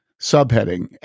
Subheading